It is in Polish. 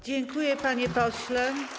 Dziękuję, panie pośle.